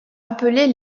appelés